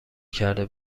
کرده